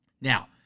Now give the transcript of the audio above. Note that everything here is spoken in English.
Now